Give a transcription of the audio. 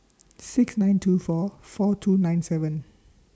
six nine two four four two nine seven